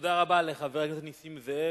תודה רבה לחבר הכנסת נסים זאב.